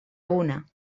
una